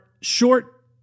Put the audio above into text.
short